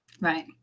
Right